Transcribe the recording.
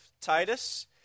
Titus